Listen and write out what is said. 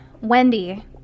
Wendy